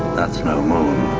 that's no moon